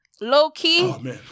low-key